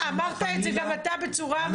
אמרת את זה גם אתה בצורה מצוינת.